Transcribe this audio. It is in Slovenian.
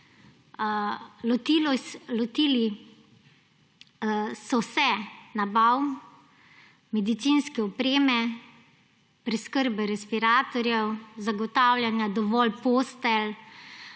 Lotili so se nabave medicinske opreme, preskrbe respiratorjev, zagotavljanja dovolj postelj